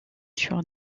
sur